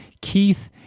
Keith